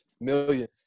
Million